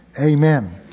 amen